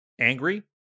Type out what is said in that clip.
angry